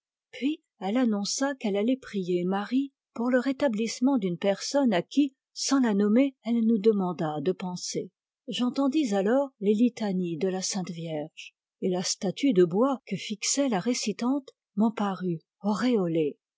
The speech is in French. puis elle annonça qu'elle allait prier marie pour le rétablissement d'une personne à qui sans la nommer elle nous demanda de penser j'entendis alors les litanies de la sainte vierge et la statue de bois que fixait la récitante m'en parut auréolée